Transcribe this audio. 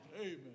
Amen